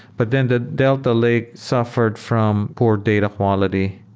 but then the delta lake suffered from poor data quality.